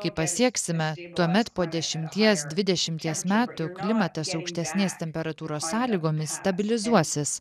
kai pasieksime tuomet po dešimties dvidešimties metų klimatas aukštesnės temperatūros sąlygomis stabilizuosis